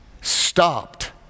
stopped